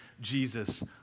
Jesus